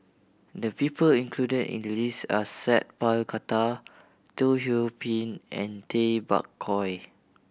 the people included in the list are Sat Pal Khattar Teo Ho Pin and Tay Bak Koi